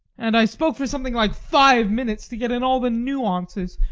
and i spoke for something like five minutes to get in all the nuances,